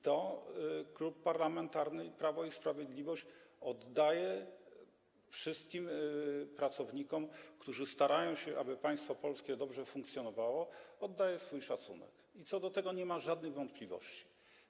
To Klub Parlamentarny Prawo i Sprawiedliwość oddaje wszystkim pracownikom, którzy starają się, aby państwo polskie dobrze funkcjonowało, oddaje im szacunek, co do tego nie ma żadnych wątpliwości.